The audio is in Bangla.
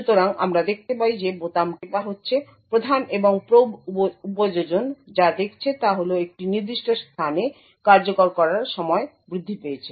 সুতরাং আমরা দেখতে পাই যে বোতাম টেপা হচ্ছে প্রধান এবং প্রোব উপযোজন যা দেখছে তা হল একটি নির্দিষ্ট স্থানে কার্যকর করার সময় বৃদ্ধি পেয়েছে